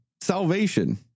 Salvation